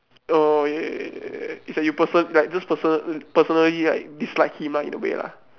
orh !yay! is like you person~ like just person~ personally like dislike him ah in a way lah